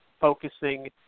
focusing